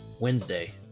Wednesday